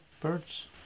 birds